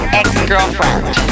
ex-girlfriend